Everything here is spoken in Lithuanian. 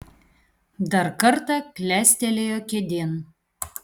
dar kartą klestelėjo kėdėn